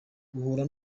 uhura